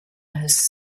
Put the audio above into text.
has